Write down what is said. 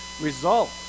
result